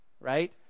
right